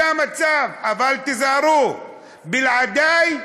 זה המצב, אבל תיזהרו, בלעדיי